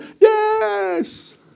yes